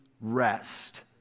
rest